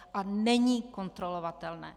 A není kontrolovatelné.